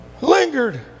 Lingered